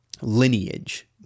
lineage